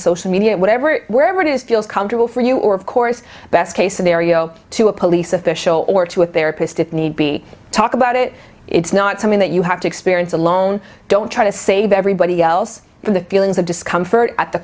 social media or whatever wherever it is feels comfortable for you or of course best case scenario to a police official or to a therapist if need be talk about it it's not something that you have to experience alone don't try to save everybody else the feelings of discomfort at the